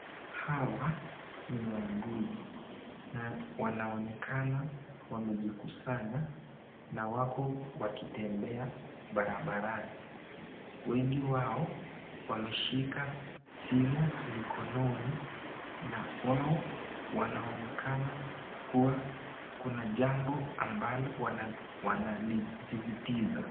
Hawa ni wauguzi na wanaonekana wamejikusanya na wako wakitembea barabarani. Wengi wao wameshika simu mikononi na wao wanaonekana kuwa kuna jambo ambalo wanalisisitiza.